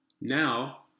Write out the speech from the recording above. Now